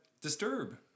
disturb